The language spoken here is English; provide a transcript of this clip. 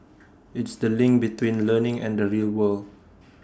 it's the link between learning and the real world